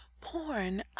porn